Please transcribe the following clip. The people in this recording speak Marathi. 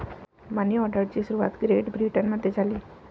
मनी ऑर्डरची सुरुवात ग्रेट ब्रिटनमध्ये झाली